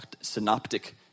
Synoptic